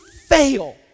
fail